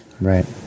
Right